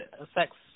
affects